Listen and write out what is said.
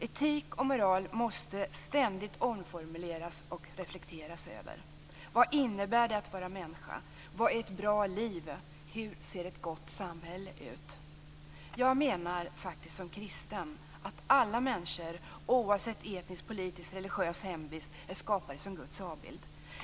Etik och moral måste ständigt omformuleras och reflekteras över. Vad innebär det att vara människa? Vad är ett bra liv? Hur ser ett gott samhälle ut? Jag som kristen menar faktiskt att alla människor, oavsett etnisk, politisk och religiös hemvist, är skapade som Guds avbild.